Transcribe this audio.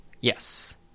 yes